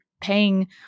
paying